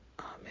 Amen